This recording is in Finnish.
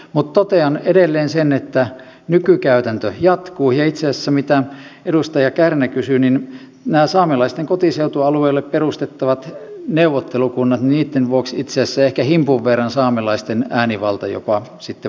mutta totean edelleen sen että nykykäytäntö jatkuu ja itse asiassa mitä tulee siihen mitä edustaja kärnä kysyi niin näiden saamelaisten kotiseutualueelle perustettavien neuvottelukuntien vuoksi itse asiassa ehkä himpun verran saamelaisten äänivalta jopa sitten vahvistuu